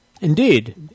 Indeed